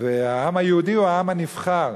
והעם היהודי הוא העם הנבחר.